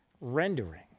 rendering